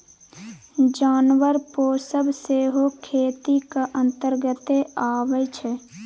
जानबर पोसब सेहो खेतीक अंतर्गते अबै छै